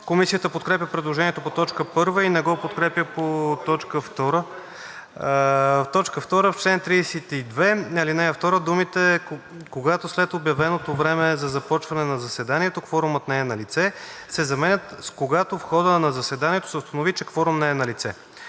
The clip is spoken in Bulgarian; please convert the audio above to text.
Комисията подкрепя предложението по т. 1 и не го подкрепя по т. 2. „2. В чл. 32, ал. 2 думите: „Когато след обявеното време за започване на заседанието кворумът не е налице“ се заменят със: „Когато в хода на заседанието се установи, че кворум не е налице“.